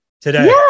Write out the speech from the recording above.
Today